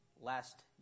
last